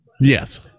Yes